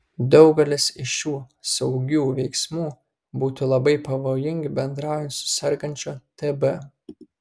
daugelis iš šių saugių veiksmų būtų labai pavojingi bendraujant su sergančiu tb